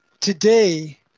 today